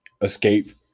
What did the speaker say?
escape